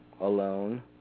alone